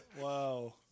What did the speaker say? Wow